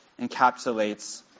encapsulates